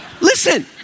Listen